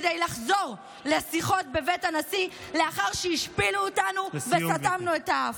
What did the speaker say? כדי לחזור לשיחות בבית הנשיא לאחר שהשפילו אותנו וסתמנו את האף.